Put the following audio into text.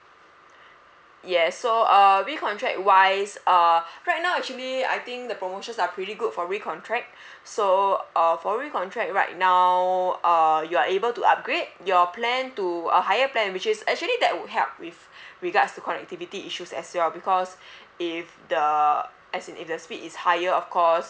yes so uh recontract wise uh right now actually I think the promotions are pretty good for recontract so uh for recontract right now uh you are able to upgrade your plan to a higher plan which is actually that would help with regards to connectivity issues as yours because if the as in if the speed is higher of course